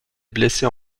blessé